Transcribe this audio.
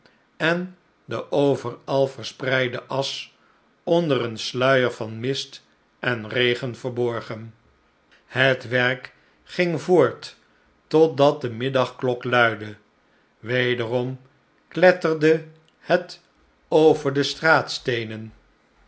en de overal verspreide asch onder een sluier van mist en regen verborgen het werk ging voort totdat de middagklok luidde wederom kletterde het over de straatsteenen